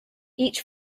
each